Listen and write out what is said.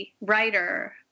writer